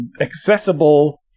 accessible